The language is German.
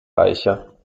reicher